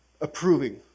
approving